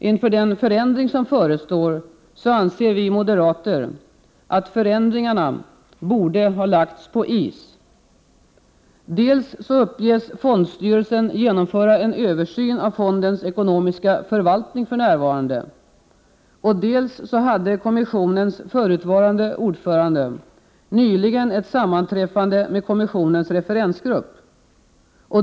Inför den förändring som förestår anser vi moderater att förändringarna borde ha lagts på is. Dels uppges fondstyrelsen genomföra en översyn av fondens ekonomiska förvaltning för närvarande, dels hade kommissionens förutvarande ordförande nyligen ett sammanträffande med kommissionens referensgrupp.